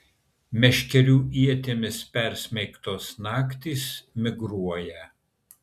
meškerių ietimis pasmeigtos naktys migruoja